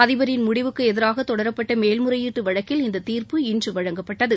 அதிபரின் முடிவுக்கு எதிராக தொடரப்பட்ட மேல்முறையீட்டு வழக்கில் இந்த தீர்ப்பு இன்று வழங்கப்பட்டது